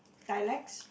dialects